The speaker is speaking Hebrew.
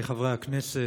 חבריי חברי הכנסת,